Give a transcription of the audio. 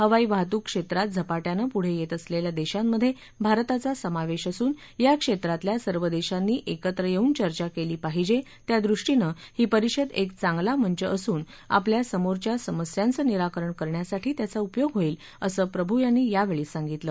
हवाई वाहतूक क्षेत्रात झपाट्यानं पुढं येत असलेल्या देशांमध्ये भारताचा समावेश असून या क्षेत्रातल्या सर्व देशांनी एकत्र येऊन चर्चा केली पाहिजे त्यादृष्टीनं ही परिषद एक चांगला मंच असून आपल्या समोरच्या समस्यांचं निराकरण करण्यासाठी त्याचा उपयोग होईल असं प्रभू यांनी यावेळी सांगितलं